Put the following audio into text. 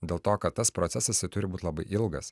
dėl to kad tas procesas jisai turi būt labai ilgas